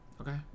Okay